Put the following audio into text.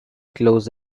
close